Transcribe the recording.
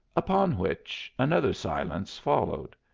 upon which another silence followed.